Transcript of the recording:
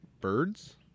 birds